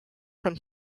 from